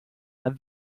and